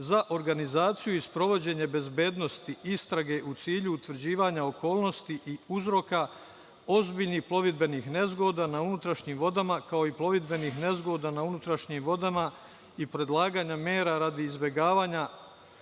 „Za organizaciju i sprovođenje bezbednosne istrage u cilju utvrđivanja okolnosti i uzroka ozbiljnih plovidbenih na unutrašnjim vodama, kao i plovidbenih nezgoda na unutrašnjim vodama i predlaganja mera radi izbegavanja